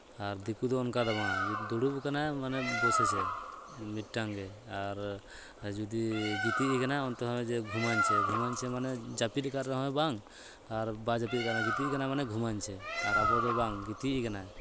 ᱟᱨ ᱫᱤᱠᱩ ᱫᱚ ᱚᱱᱠᱟ ᱫᱚ ᱵᱟᱝ ᱫᱩᱲᱩᱵ ᱟᱠᱟᱱᱟᱭ ᱢᱟᱱᱮ ᱵᱚᱥᱮᱪᱷᱮ ᱢᱤᱫᱴᱟᱝ ᱜᱮ ᱟᱨ ᱡᱩᱫᱤ ᱜᱤᱛᱤᱡ ᱟᱠᱟᱱᱟᱭ ᱚᱱᱛᱮ ᱦᱚᱸ ᱡᱮ ᱜᱷᱩᱟᱧᱪᱷᱮ ᱜᱷᱩᱢᱟᱧᱪᱷᱮ ᱢᱟᱱᱮ ᱡᱟᱹᱯᱤᱫ ᱠᱟᱜ ᱨᱮᱦᱚᱸᱭ ᱵᱟᱝ ᱟᱨ ᱵᱟᱭ ᱡᱟᱹᱯᱤᱫ ᱠᱟᱜ ᱨᱮᱦᱚᱸ ᱜᱤᱛᱤᱡ ᱠᱟᱱᱟᱭ ᱢᱟᱱᱮ ᱜᱷᱩᱢᱟᱧᱪᱷᱮ ᱟᱵᱚ ᱫᱚ ᱵᱟᱝ ᱜᱤᱛᱤᱡ ᱠᱟᱱᱟᱭ